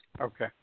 Okay